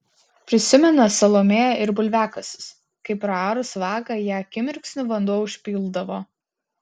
prisimena salomėja ir bulviakasius kai praarus vagą ją akimirksniu vanduo užpildavo